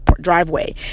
driveway